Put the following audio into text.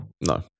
No